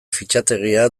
fitxategia